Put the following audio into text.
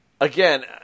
again